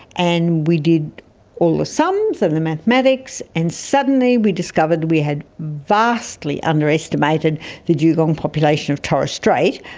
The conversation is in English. and we did all the sums and the mathematics, and suddenly we discovered we had vastly underestimated the dugong population of torres strait,